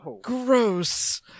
Gross